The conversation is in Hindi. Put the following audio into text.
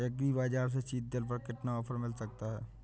एग्री बाजार से सीडड्रिल पर कितना ऑफर मिल सकता है?